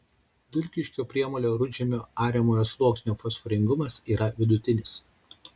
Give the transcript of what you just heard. dulkiško priemolio rudžemio ariamojo sluoksnio fosforingumas yra vidutinis